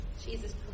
Jesus